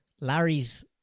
larry's